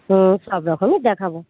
হুম সবরকমের দেখাব